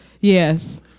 yes